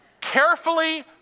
carefully